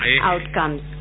outcomes